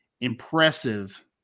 impressive